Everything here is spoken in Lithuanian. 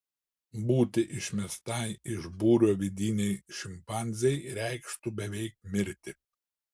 būti išmestai iš būrio vidinei šimpanzei reikštų beveik mirti